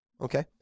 Okay